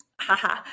haha